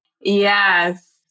Yes